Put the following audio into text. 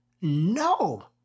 No